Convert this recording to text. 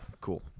cool